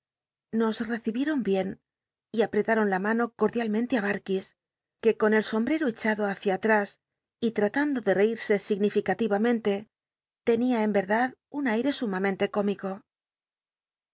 xos rccihici'on bien y apretaron la mano cordialm ente ü da'ds que con el somb e echado hacia all'tis y latando de cirse significati amente tenia en verdad un aire sumamente cómico